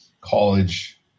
college